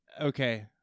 Okay